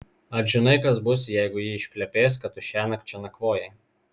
ar žinai kas bus jeigu ji išplepės kad tu šiąnakt čia nakvojai